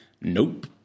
Nope